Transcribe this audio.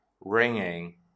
ringing